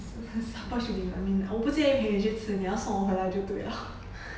s~ supper should be at midnight 我不介意陪你去吃你要送我回来就对 liao